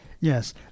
Yes